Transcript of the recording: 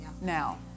now